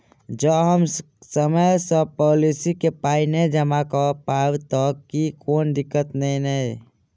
जँ हम समय सअ पोलिसी केँ पाई नै जमा कऽ पायब तऽ की कोनो दिक्कत नै नै?